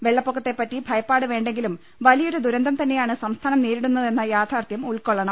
വെള്ളപ്പൊക്കത്തെപ്പറ്റി ഭയപ്പാട് വേണ്ടെങ്കിലും വലിയൊരു ദുരന്തം തന്നെ യാണ് സംസ്ഥാനം നേരിടു ന്ന തെന്ന യാഥാർത്ഥ്യം ഉൾക്കൊള്ളണം